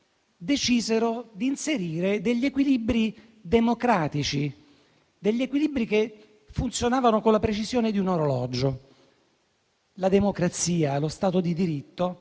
decisero di inserire degli equilibri democratici, che funzionavano con la precisione di un orologio. La democrazia, lo Stato di diritto